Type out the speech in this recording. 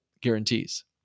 guarantees